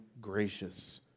gracious